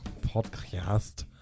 podcast